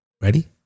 Ready